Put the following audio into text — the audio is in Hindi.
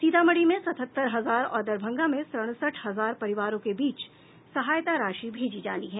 सीतामढ़ी में सतहत्तर हजार और दरभंगा में सड़सठ हजार परिवारों के बीच सहायता राशि भेजी जानी है